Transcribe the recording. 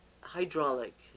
Hydraulic